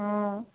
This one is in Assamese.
অঁ